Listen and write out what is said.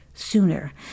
Sooner